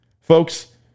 Folks